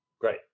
Great